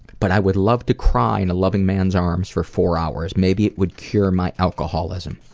but i would love to cry in a loving man's arms for four hours, maybe it would cure my alcoholism.